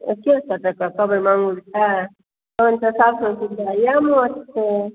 एक्के सए टका कबइ मांगुरके तहन तऽ सब से सुबिधा इएह माछ छै